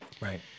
Right